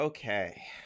okay